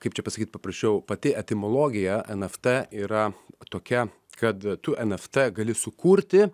kaip čia pasakyt paprasčiau pati etimologija nft yra tokia kad tu nft gali sukurti